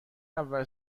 اول